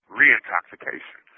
re-intoxication